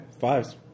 fives